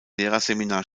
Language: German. lehrerseminar